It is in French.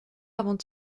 avant